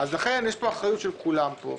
לכן, יש פה אחריות של כולם פה.